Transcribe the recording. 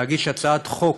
להגיש הצעת חוק